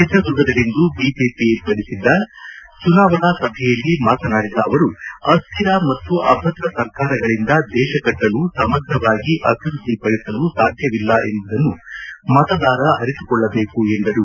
ಚಿತ್ರದುರ್ಗದಲ್ಲಿಂದು BJP ಏರ್ಪಡಿಸಿದ್ದ ಚುನಾವಣಾ ಸಭೆಯಲ್ಲಿ ಮಾತನಾಡಿದ ಮೋದಿ ಅವರು ಅಸ್ಟಿರ ಮತ್ತು ಅಭದ್ರ ಸರ್ಕಾರಗಳಿಂದ ದೇಶ ಕಟ್ಟಲು ಸಮಗ್ರವಾಗಿ ಅಭಿವೃದ್ಧಿ ಪಡಿಸಲು ಸಾಧ್ಯವಿಲ್ಲ ಎಂಬುದನ್ನು ಮತದಾರ ಅರಿತುಕೊಳ್ಳಬೇಕು ಎಂದರು